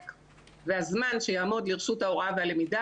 שההספק והזמן שיעמוד לרשות ההוראה והלמידה,